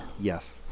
Yes